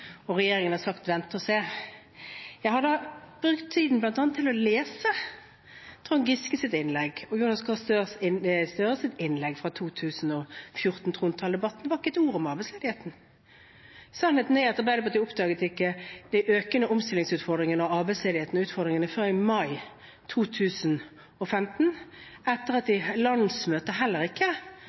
og at regjeringen har sagt vent og se. Jeg har brukt tiden til bl.a. å lese Trond Giskes innlegg og Jonas Gahr Støres innlegg fra trontaledebatten i 2014. Det var ikke et ord om arbeidsledigheten. Sannheten er at Arbeiderpartiet ikke oppdaget de økende omstillingsutfordringene, arbeidsledigheten og utfordringene før i mai 2015, etter at landsmøtet ikke hadde fokus på det og heller ikke